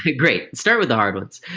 great. start with the hard ones.